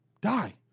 Die